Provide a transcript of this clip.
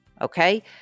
okay